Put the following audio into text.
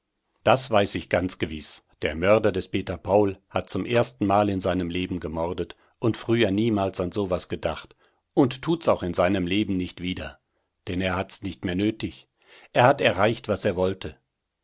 das weiß ich ganz gewiß der mörder des peter paul hat zum erstenmal in seinem leben gemordet und früher niemals an so etwas gedacht und tut's auch in seinem leben nicht wieder denn er hat's nicht mehr nötig er hat erreicht was er wollte